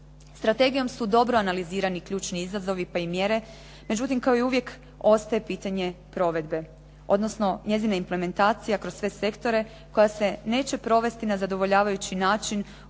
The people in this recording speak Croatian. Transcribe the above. Strategijom su dobro analizirani ključni izazovi kao i mjere, međutim kao i uvijek ostaje pitanje provedbe, odnosno njezine implementacije kroz sve sektore koja se neće provesti na zadovoljavajući način ukoliko